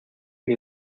que